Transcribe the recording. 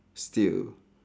still